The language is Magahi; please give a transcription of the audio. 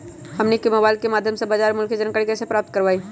हमनी के मोबाइल के माध्यम से बाजार मूल्य के जानकारी कैसे प्राप्त करवाई?